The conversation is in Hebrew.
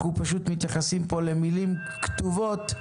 אנחנו פשוט מתייחסים פה למילים כתובות,